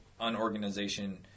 unorganization